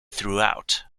throughout